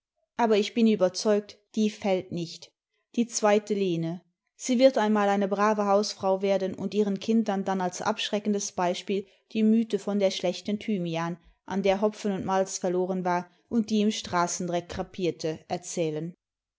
aber ich bin überzeugt die fällt nicht die zweite lene sie wird einmal eine brave hausfrau werden und ihren kindern dann als abschreckendes beispiel die mythe von der schlechten thymian an der hopfen und malz verloren war und die im straßendreck krepierte erzählen